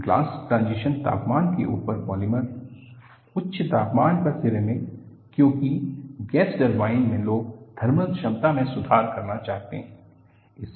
glass transition तापमान के ऊपर पॉलिमर उच्च तापमान पर सिरेमिक क्योंकि गैस टर्बाइन में लोग थर्मल दक्षता में सुधार करना चाहते हैं